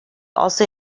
also